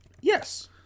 Yes